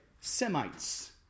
Semites